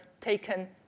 taken